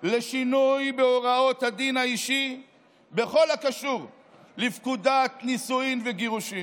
לשינוי בהוראות הדין האישי בכל הקשור לפקודת נישואין וגירושין.